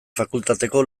fakultateko